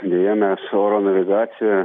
deja mes oro navigacija